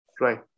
Right